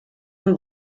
amb